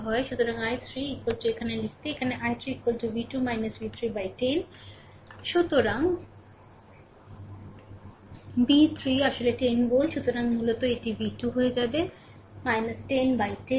সুতরাং i3 এখানে লিখতে এখানে i3 v2 v 3 বাই10 সুতরাং v 3 আসলে 10 ভোল্ট সুতরাং মূলত এটিv2 হয়ে যাবে 10 বাই10